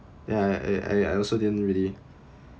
ya I I I also didn't really